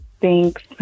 Thanks